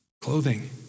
clothing